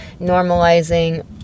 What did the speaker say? normalizing